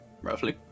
Roughly